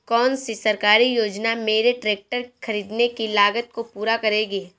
कौन सी सरकारी योजना मेरे ट्रैक्टर ख़रीदने की लागत को पूरा करेगी?